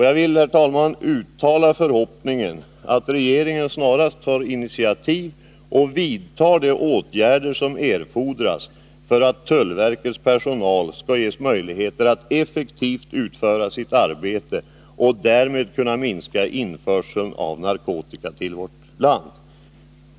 Jag vill, herr talman, uttala förhoppningen att regeringen snarast tar initiativ och vidtar de åtgärder som erfordras för att tullverkets personal skall ges möjligheter att effektivt utföra sitt arbete och därmed kunna minska införseln av narkotika till vårt land.